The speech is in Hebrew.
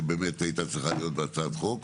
שבאמת הייתה צריכה להיות בהצעת חוק,